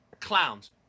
clowns